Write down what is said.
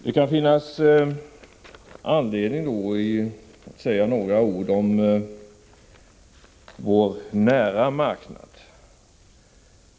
Det kan då finnas anledning att säga några ord om vår nära marknad.